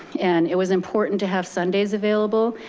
and it was important to have sundays available,